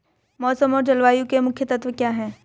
मौसम और जलवायु के मुख्य तत्व क्या हैं?